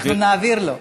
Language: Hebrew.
אנחנו נעביר לו.